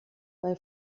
bei